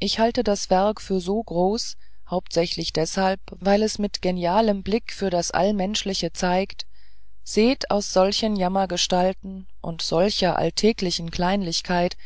ich halte das werk für so groß hauptsächlich deshalb weil es mit genialem blick für das allmenschliche zeigt seht aus solchen jammergestalten und solcher alltäglichen kleinlichkeit